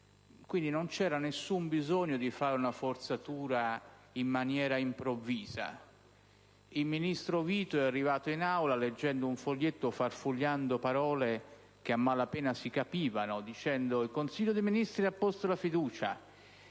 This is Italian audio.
e non c'era alcun bisogno di una forzatura improvvisa. Il ministro Vito è arrivato in Aula leggendo un foglietto e farfugliando parole che a malapena si capivano, dicendo che il Consiglio dei ministri aveva posto la fiducia.